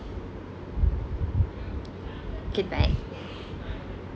okay bye